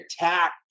attack